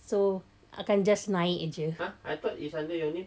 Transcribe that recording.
so akan just naik jer